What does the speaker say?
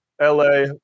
LA